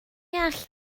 all